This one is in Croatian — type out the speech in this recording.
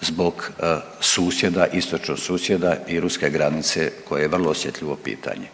zbog susjeda, istočnog susjeda i ruske granice koja je vrlo osjetljivo pitanje.